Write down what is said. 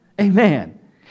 Amen